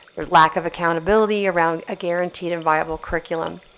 there's lack of accountability around a guaranteed and viable curriculum.